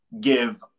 give